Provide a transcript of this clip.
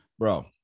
Bro